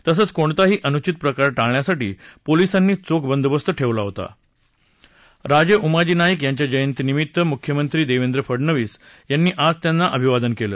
तसंच कोणताही अनुचित प्रकार टाळण्यासाठी पोलिसानी चोख बंदोबस्त ठेवला होता राजे उमाजी नाईक यांच्या जयंती दिनानिमित्त मुख्यमंत्री देवेंद्र फडणवीस यांनी आज त्यांना अभिवादन केले